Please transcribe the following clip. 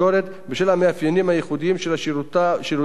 בשל המאפיינים הייחודיים של שירותים כלליים